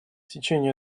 течение